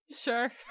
Sure